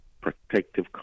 protective